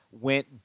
went